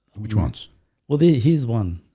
would you want well there is one